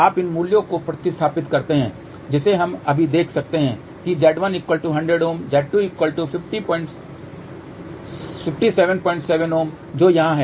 आप इन मूल्यों को प्रतिस्थापित करते हैं जिसे हम अभी देख सकते हैं कि Z1 100 Z2 577 Ω जो यहाँ है